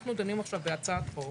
אנחנו דנים עכשיו בהצעת חוק